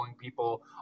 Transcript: people